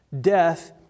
death